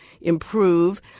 improve